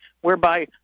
whereby